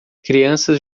crianças